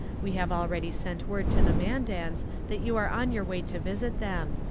we have already sent word to the mandans that you are on your way to visit them,